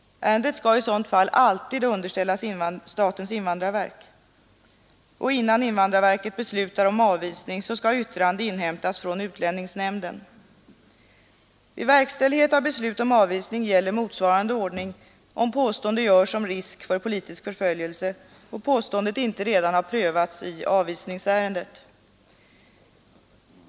Ärendet skall i sådant fall alltid underställas statens invandrarverk. Innan invandrarverket beslutar om avvisning skall yttrande inhämtas från utlänningsnämnden. Vid verkställighet av beslut om avvisning gäller motsvarande ordning om påstående görs om risk för politisk förföljelse och påståendet inte redan har prövats i avvisningsärendet.